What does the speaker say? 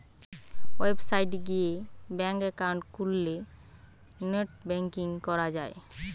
website গিয়ে bank account খুললে net banking করা যায়